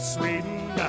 Sweden